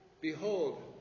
Behold